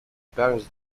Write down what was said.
parents